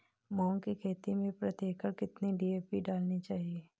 मूंग की खेती में प्रति एकड़ कितनी डी.ए.पी डालनी चाहिए?